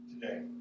today